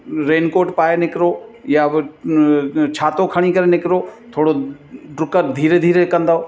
raincoat पाए निकिरो या बि छातो खणी करे निकिरो थोरो डुक धीरे धीरे कंदो